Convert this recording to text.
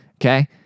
okay